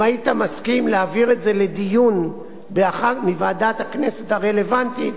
אם היית מסכים להעביר את זה לדיון באחת מוועדות הכנסת הרלוונטיות,